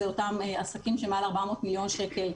אלה אותם עסקים שמעל 400 מיליון שקל.